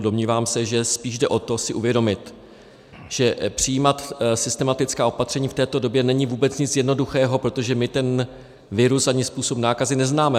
Domnívám se, že spíš jde o to si uvědomit, že přijímat systematická opatření v této době není vůbec nic jednoduchého, protože my ten virus ani způsob nákazy neznáme.